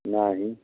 नहीं